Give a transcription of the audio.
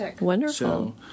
Wonderful